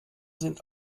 sind